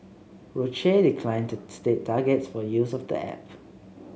Roche declined to state targets for use of the app